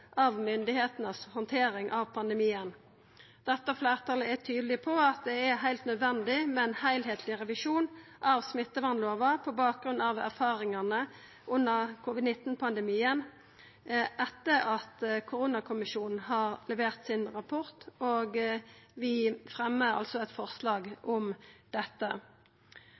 av myndigheitene si handtering av pandemien. Dette fleirtalet er tydeleg på at det er heilt nødvendig med ein heilskapleg revisjon av smittevernlova på bakgrunn av erfaringane under covid-19-pandemien etter at koronakommisjonen har levert sin rapport. Vi fremjar altså eit forslag om dette.